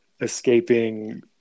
escaping